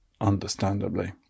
understandably